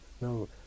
no